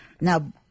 Now